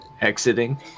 exiting